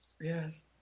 Yes